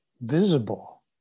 visible